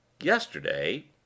yesterday